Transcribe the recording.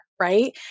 right